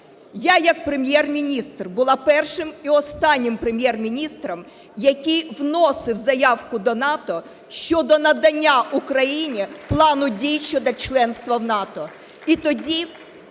Я як Прем'єр-міністр була першим і останнім Прем'єр-міністром, який вносив заявку до НАТО щодо надання Україні Плану дій щодо членства в НАТО. І тоді